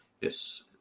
Yes